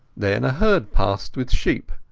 then a herd passed with sheep,